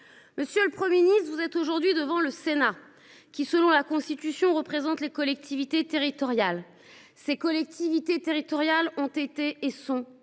Monsieur le Premier ministre, vous êtes aujourd’hui devant le Sénat, qui, aux termes de notre Constitution, représente les collectivités territoriales. Ces collectivités territoriales ont été et sont